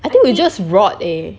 I think we'll just rot eh